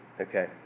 Okay